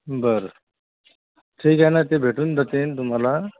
बरं ठीक आहे ना ते भेटून जातील तुम्हाला